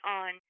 on